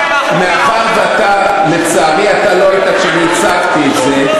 מאחר שלצערי אתה לא היית כשאני הצגתי את זה,